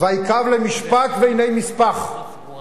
"ויקו למשפט והנה משפח".